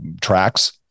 tracks